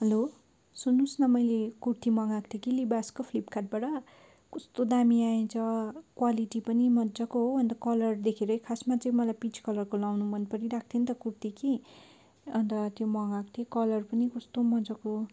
hello सुन्नुहोस् न मैले कुर्ती मगाएको थिएँ कि लिभासको फ्लिपकार्टबाट कस्तो दामी आएछ क्वालिटी पनि मजाको हो अन्त कलर देखेर खासमा चाहिँ मलाई पिच कलरको लगाउनु मन परिरहेको थियो नि त कुर्ती कि अन्त त्यो मगाएको थिएँ कलर पनि कस्तो मजाको